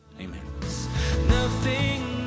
Amen